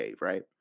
right